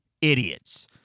idiots